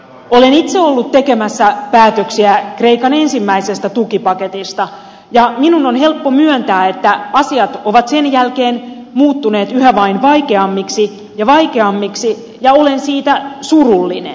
olen itse ollut tekemässä päätöksiä kreikan ensimmäisestä tukipaketista ja minun on helppo myöntää että asiat ovat sen jälkeen muuttuneet yhä vain vaikeammiksi ja vaikeammiksi ja olen siitä surullinen